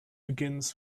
begins